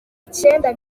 icyenda